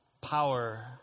power